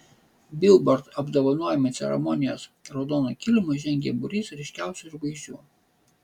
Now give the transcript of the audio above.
bilbord apdovanojimų ceremonijos raudonu kilimu žengė būrys ryškiausių žvaigždžių